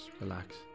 relax